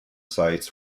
sites